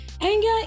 Anger